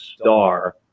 star